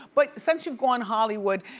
but since you've gone hollywood,